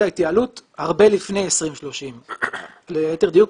ההתייעלות הרבה לפני 2030. ליתר דיוק,